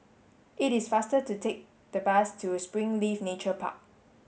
it is faster to take the bus to Springleaf Nature Park